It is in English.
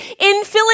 infilling